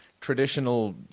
traditional